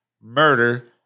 murder